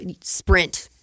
sprint